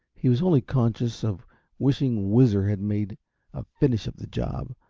he was only conscious of wishing whizzer had made a finish of the job,